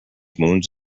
moons